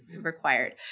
required